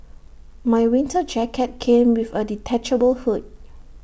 my winter jacket came with A detachable hood